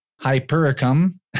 Hypericum